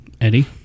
Eddie